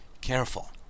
careful